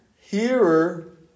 hearer